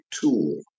tool